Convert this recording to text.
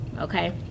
okay